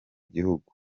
gihugu